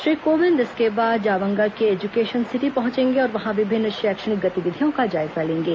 श्री कोविंद इसके बाद जावंगा के एजुकेशन सिटी पहुंचेंगे और वहां विभिन्न शैक्षणिक गतिविधियों का जायजा लेंगे